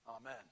Amen